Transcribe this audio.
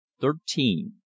thirteen